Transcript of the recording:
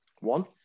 One